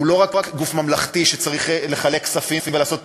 הוא לא רק גוף ממלכתי שצריך לחלק כספים ולעשות פרסומות,